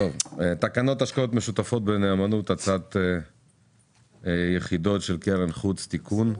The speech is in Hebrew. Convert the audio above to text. תקנות השקעות משותפות בנאמנות (הצעת יחידות של קרן חוץ) (תיקון),